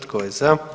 Tko je za?